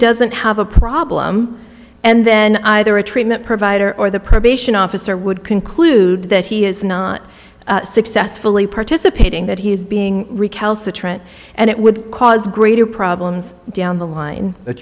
doesn't have a problem and then either a treatment provider or the probation officer would conclude that he is not successfully participating that he is being recalcitrant and it would cause greater problems down the line but